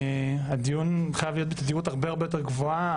הדיון חייב להיות בתדירות הרבה יותר גבוהה.